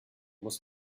muss